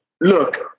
Look